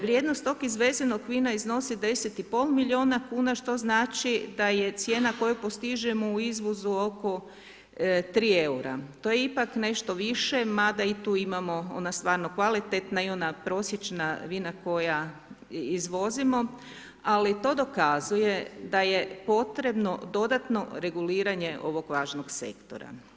Vrijednost tog izvezenog vina iznosi 10 i pol milijuna kuna, što znači da je cijena koju postižemo u izvozu oko 3 eura, to je ipak nešto više, mada i tu imamo ona stvarno kvalitetna i ona prosječna vina koja izvozimo, ali to dokazuje da je potrebno dodatno reguliranje ovog važnog sektora.